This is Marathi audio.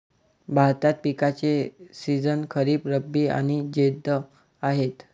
भारतात पिकांचे सीझन खरीप, रब्बी आणि जैद आहेत